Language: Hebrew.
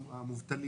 המובטלים